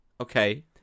Okay